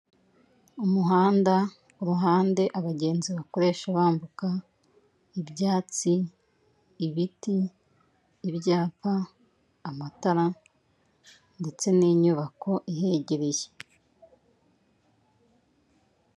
Umuhanda, uruhande abagenzi bakoresha bambuka, ibyatsi, ibiti, ibyapa, amatara, ndetse n'inyubako ihegereye.